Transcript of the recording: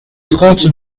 trente